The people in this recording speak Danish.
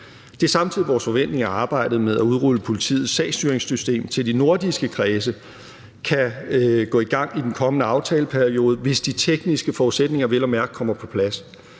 Det er samtidig vores forventning, at arbejdet med at udrulle politiets sagsstyringssystem til de nordiske kredse kan gå i gang i den kommende aftaleperiode, hvis de tekniske forudsætninger vel at mærke kommer på plads.